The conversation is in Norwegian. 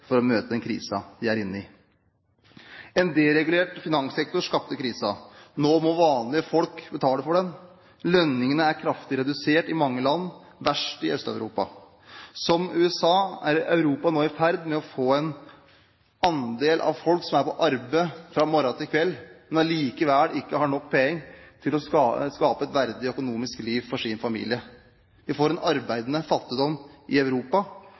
for å møte den krisen de er inne i. En deregulert finanssektor skapte krisen. Nå må vanlige folk betale for den. Lønningene er kraftig redusert i mange land, verst i Øst-Europa. Som USA er Europa nå i ferd med å få en andel av folk som er på arbeid fra morgen til kveld, men allikevel ikke har nok penger til å skape et verdig økonomisk liv for sin familie. Vi får en arbeidende fattigdom i Europa,